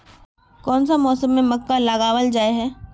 कोन सा मौसम में मक्का लगावल जाय है?